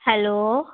hello